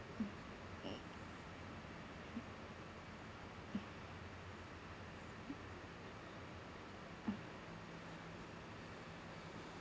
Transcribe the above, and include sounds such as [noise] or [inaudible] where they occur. mm [noise]